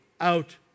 out